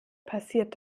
passiert